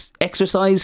exercise